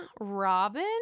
Robin